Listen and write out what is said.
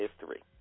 history